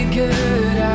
good